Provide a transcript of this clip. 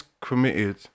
committed